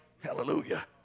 Hallelujah